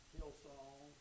Hillsong